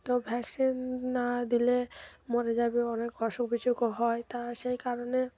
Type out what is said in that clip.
তো ভ্যাকসিন না দিলে মরে যাবে অনেক অসুখ বিসুখও হয় তা সেই কারণে